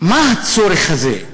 מה הצורך הזה?